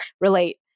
relate